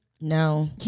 No